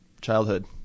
childhood